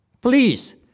Please